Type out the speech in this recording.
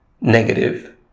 negative